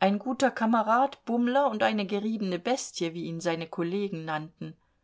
ein guter kamerad bummler und eine geriebene bestie wie ihn seine kollegen nannten